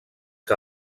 que